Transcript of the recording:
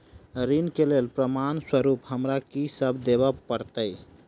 ऋण केँ लेल प्रमाण स्वरूप हमरा की सब देब पड़तय?